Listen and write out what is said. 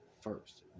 first